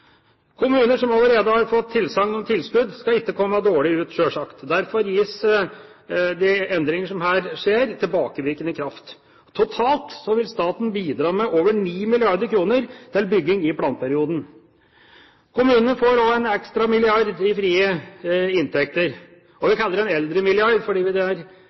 Kommuner som allerede har fått tilsagn om tilskudd, skal ikke komme dårlig ut, sjølsagt. Derfor gis de endringer som her skjer, tilbakevirkende kraft. Totalt vil staten bidra med over 9 mrd. kr til bygging i planperioden. Kommunene får også en ekstra milliard i frie inntekter – og vi kaller det en eldremilliard, fordi det først og fremst er